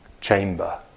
chamber